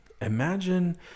Imagine